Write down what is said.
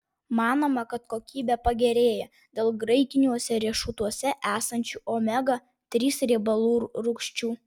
manoma kad kokybė pagerėja dėl graikiniuose riešutuose esančių omega trys riebalų rūgščių